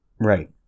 Right